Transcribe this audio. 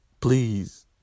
please